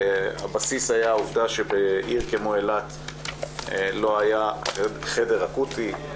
הבסיס היה העובדה שבעיר כמו אילת לא היה חדר אקוטי.